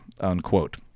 unquote